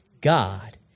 God